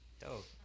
Dope